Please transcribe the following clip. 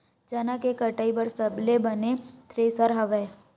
चना के कटाई बर सबले बने थ्रेसर हवय?